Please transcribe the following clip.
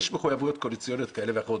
יש מחויבויות קואליציוניות כאלה ואחרות,